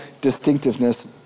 distinctiveness